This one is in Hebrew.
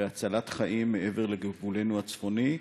בהצלת חיים מעבר לגבולנו הצפוני,